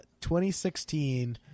2016